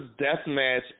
deathmatch